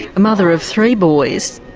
a mother of three boys,